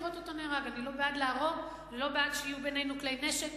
אני לא בעד להרוג, לא בעד שיהיו בינינו כלי נשק,